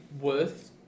worth